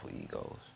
egos